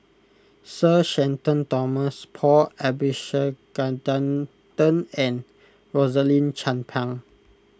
Sir Shenton Thomas Paul Abisheganaden and Rosaline Chan Pang